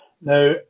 Now